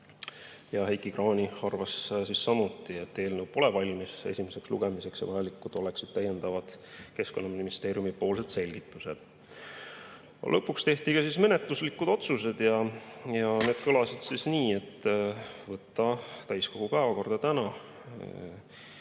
Heiki Kranich arvas samuti, et eelnõu pole valmis esimeseks lugemiseks ja vajalikud oleksid täiendavad Keskkonnaministeeriumi selgitused. Lõpuks tehti ka menetluslikud otsused ja need kõlasid nii. Võtta [eelnõu] täiskogu päevakorda täna,